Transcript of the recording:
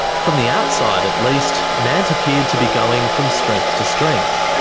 from the outside at least, nant appeared to be going from strength to strength.